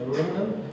dah berapa lama ah